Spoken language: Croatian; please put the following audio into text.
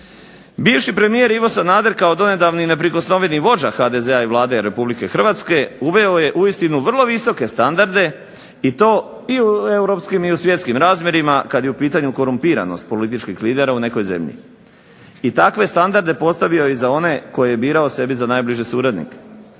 Bivši premijer Ivo Sanader kao donedavni neprikosnoveni vođa HDZ-a i Vlade Republike Hrvatske uveo je uistinu vrlo visoke standarde i to i u europskim i u svjetskim razmjerima kad je u pitanju korumpiranost političkih lidera u nekoj zemlji. I takve standarde postavio je i za one koje je birao sebi za najbliže suradnike.